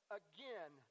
again